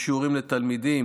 יש שיעורים לתלמידים